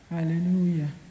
Hallelujah